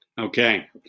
Okay